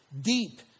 deep